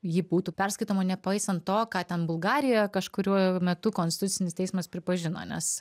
ji būtų perskaitoma nepaisant to ką ten bulgarijoje kažkuriuo metu konstitucinis teismas pripažino nes